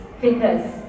fingers